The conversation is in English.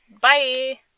Bye